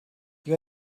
you